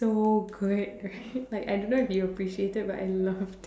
so good like I don't know if you'll appreciate it but I love